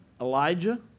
Elijah